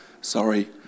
Sorry